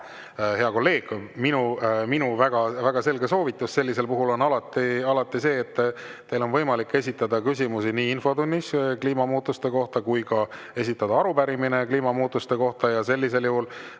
Hea kolleeg, minu väga selge soovitus on sellisel puhul alati see: teil on võimalik esitada nii infotunnis küsimus kliimamuutuste kohta kui ka esitada arupärimine kliimamuutuste kohta. Sellisel juhul